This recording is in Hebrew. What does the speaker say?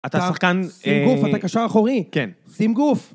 אתה שחקן... שים גוף, אתה קשר אחורי. כן. שים גוף.